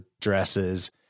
dresses